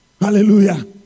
Hallelujah